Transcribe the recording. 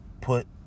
put